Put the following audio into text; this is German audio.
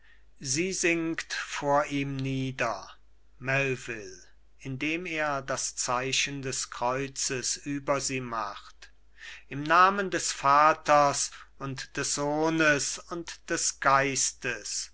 sie sinkt vor ihm nieder melvil indem er das zeichen des kreuzes über sie macht im namen des vaters und des sohnes und des geistes